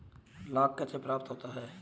लाख कैसे प्राप्त होता है?